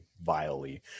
vilely